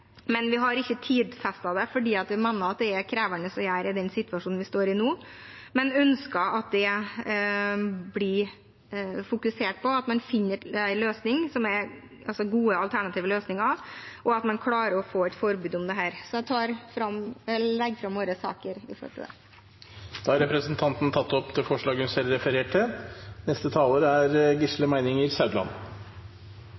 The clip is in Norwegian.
vi mener at det er krevende å gjøre i den situasjonen vi står i nå. Vi ønsker likevel at det blir fokusert på, at man finner gode alternative løsninger, og at man klarer å få et forbud mot dette. Jeg tar opp det forslaget Arbeiderpartiet er en del av. Representanten Else-May Norderhus har tatt opp det forslaget hun refererte